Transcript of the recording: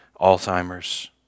Alzheimer's